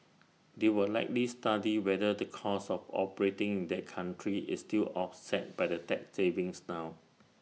they will likely study whether the cost of operating in that country is still offset by the tax savings now